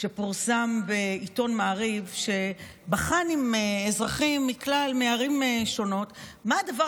שפורסם בעיתון מעריב ובחן עם אזרחים מערים שונות מה הדבר